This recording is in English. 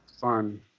Fun